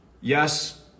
Yes